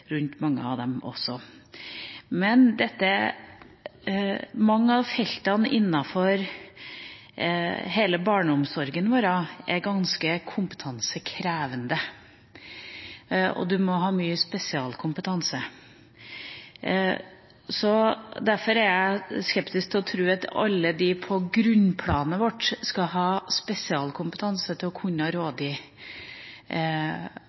rundt mange av dem også. Men mange av feltene innen hele barneomsorgen vår er ganske kompetansekrevende, og en må ha mye spesialkompetanse. Derfor er jeg skeptisk med hensyn til å tro at alle på grunnplanet vårt skal ha spesialkompetanse til å kunne rådgi